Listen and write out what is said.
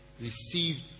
received